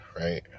right